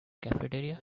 cafeteria